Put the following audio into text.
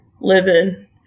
living